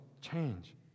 change